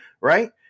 right